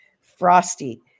frosty